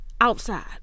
outside